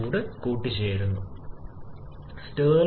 ട്ട്പുട്ടിനെ ബാധിക്കുകയും ചെയ്യും